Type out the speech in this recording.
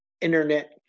internet